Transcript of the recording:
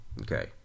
okay